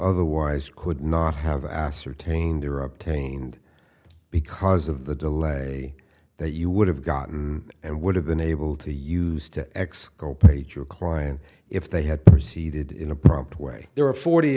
otherwise could not have ascertained or obtained because of the delay that you would have gotten and would have been able to use to exculpate your client if they had proceeded in a prompt way there are forty